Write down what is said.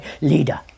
leader